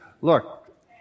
look